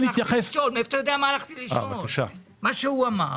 מה שהוא אמר,